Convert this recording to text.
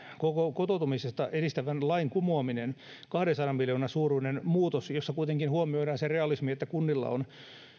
koko kotoutumista edistävän lain kumoaminen kahdensadan miljoonan suuruinen muutos jossa kuitenkin huomioidaan se realismi että kunnilla on